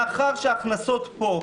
מאחר שההכנסות פה,